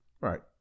Right